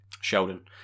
Sheldon